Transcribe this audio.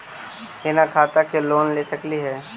बिना खाता के लोन ले सकली हे?